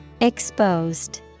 Exposed